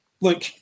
look